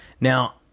Now